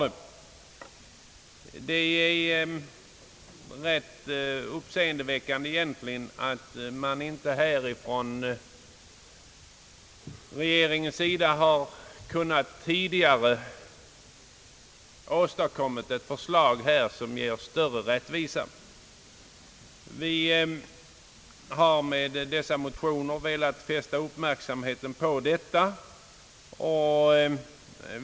Det är egentligen rätt uppseendeväckande att regeringen inte har kunnat tidigare åstadkomma ett rättvisare förslag. Med motionerna har vi velat fästa uppmärksamheten på detta.